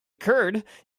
curd